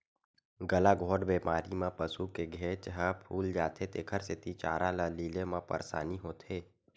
गलाघोंट बेमारी म पसू के घेंच ह फूल जाथे तेखर सेती चारा ल लीले म परसानी होथे